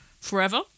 forever